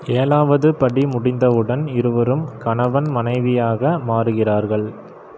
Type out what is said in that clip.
ஏழாவது படி முடிந்தவுடன் இருவரும் கணவன் மனைவியாக மாறுகிறார்கள்